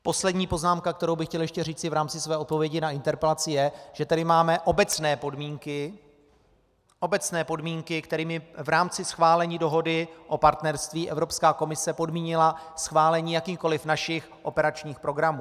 Poslední poznámka, kterou bych chtěl ještě říci v rámci své odpovědi na interpelaci, je, že tady máme obecné podmínky, kterými v rámci schválení dohody o partnerství Evropská komise podmínila schválení jakýchkoli našich operačních programů.